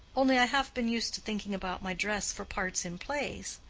only i have been used to thinking about my dress for parts in plays.